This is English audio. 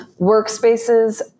workspaces